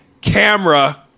Camera